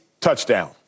touchdown